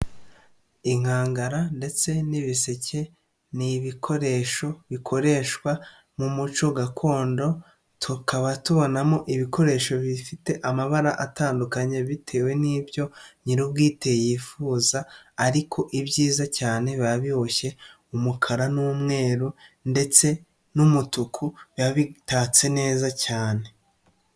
Inkangara ndetse ni ibiseke n'ibikoresho bikoreshwa mu muco gakondo, tukaba tubonamo ibikoresho bifite amabara atandukanye bitewe n'ibyo nyiri ubwite yifuza ariko ibyiza cyane biba biboshye umukara n'umweru ndetse n'umutuku biba bitatse neza cyane.